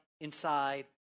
inside